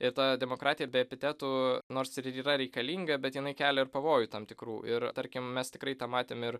ir ta demokratija be epitetų nors ir yra reikalinga bet jinai kelia ir pavojų tam tikrų ir tarkim mes tikrai tą matėm ir